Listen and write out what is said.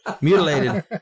mutilated